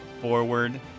forward